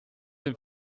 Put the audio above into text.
dem